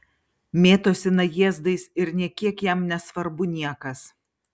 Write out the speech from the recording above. mėtosi najėzdais ir nė kiek jam nesvarbu niekas